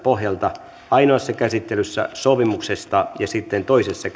pohjalta ainoassa käsittelyssä sopimuksesta ja sitten toisessa